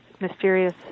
mysterious